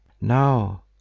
Now